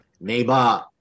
neighbor